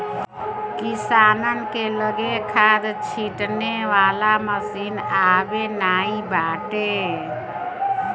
किसानन के लगे खाद छिंटे वाला मशीन अबे नाइ बाटे